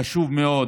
חשוב מאוד